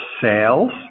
sales